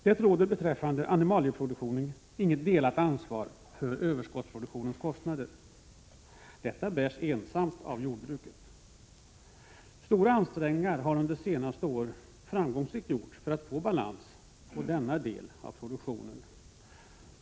Det råder beträffande animalieproduktionen inget delat ansvar för överskottsproduktionens kostnader. Ansvaret bärs ensamt av jordbruket. Stora ansträngningar har under de senaste åren framgångsrikt gjorts för att få balans när det gäller denna del av produktionen.